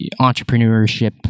entrepreneurship